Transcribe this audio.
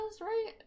right